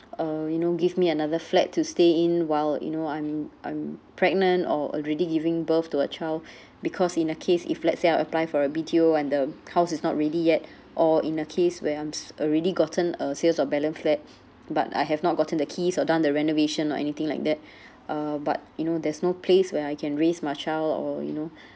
uh you know give me another flat to stay in while you know I'm I'm pregnant or already giving birth to a child because in a case if let's say I apply for a B_T_O and the house is not ready yet or in a case where I'ms uh already gotten a sales of balance flat but I have not gotten the keys or done the renovation or anything like that uh but you know there's no place where I can raise my child or you know